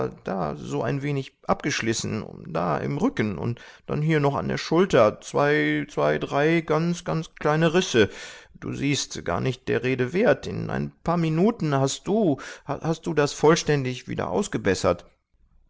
da so ein wenig abgeschlissen da im rücken und dann hier an der schulter zwei drei ganz kleine risse du siehst gar nicht der rede wert in ein paar minuten hast du das vollständig wieder ausgebessert